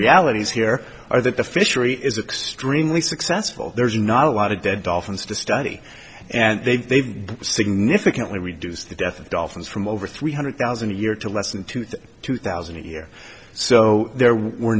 realities here are that the fishery is a string we successful there's not a lot of dead dolphins to study and they've they've significantly reduced the death of dolphins from over three hundred thousand a year to less than two thousand two thousand a year so there were